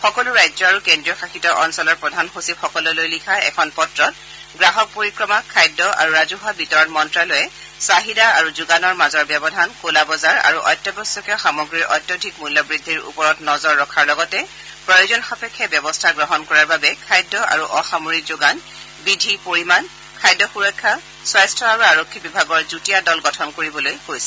সকলো ৰাজ্য আৰু কেন্দ্ৰীয় শাসিত অঞ্চলৰ প্ৰধান সচিবসকললৈ লিখা এখন পত্ৰত গ্ৰাহক পৰিক্ৰমা খাদ্য আৰু ৰাজঘুৱা বিতৰণ মন্ত্ৰালয়ে চাহিদা আৰু যোগানৰ মাজৰ ব্যৱধান কলা বজাৰ আৰু আৱশ্যকীয় সামগ্ৰীৰ অত্যধিক মূল্যবদ্ধিৰ ওপৰত নজৰ ৰখাৰ লগতে প্ৰয়োজন সাপেক্ষে ব্যৱস্থা গ্ৰহণ কৰাৰ বাবে খাদ্য আৰু অসামৰিক যোগান বিধি পৰিমাণ খাদ্য সুৰক্ষা স্বাস্থ্য আৰু আৰক্ষী বিভাগৰ যুটীয়া দল গঠন কৰিবলৈ কৈছে